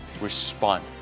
respond